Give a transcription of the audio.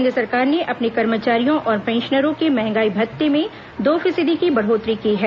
केन्द्र सरकार ने अपने कर्मचारियों और पेंशनरों के महंगाई भत्तें में दो फीसदी की बढ़ोतरी की है